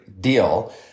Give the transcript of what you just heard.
deal